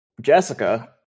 Jessica